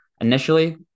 Initially